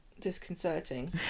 disconcerting